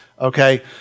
Okay